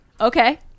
Okay